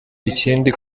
ikindi